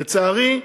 לצערי,